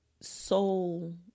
Soul